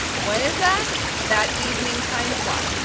when is that? that evening time slot.